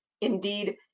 indeed